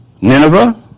Nineveh